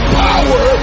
power